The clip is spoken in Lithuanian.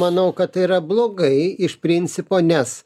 manau kad tai yra blogai iš principo nes